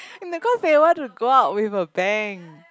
no cause they want to go out with a bang